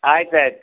ಆಯ್ತಾಯ್ತು